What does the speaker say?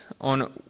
on